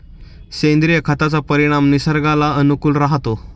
सेंद्रिय खताचा परिणाम निसर्गाला अनुकूल राहतो